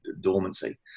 dormancy